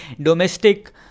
Domestic